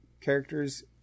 characters